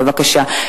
בבקשה.